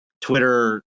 twitter